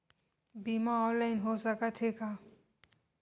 बीमा ऑनलाइन हो सकत हे का?